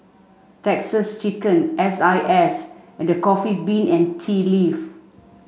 Texas Chicken S I S and The Coffee Bean and Tea Leaf